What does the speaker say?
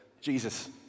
Jesus